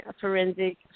forensic